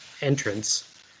entrance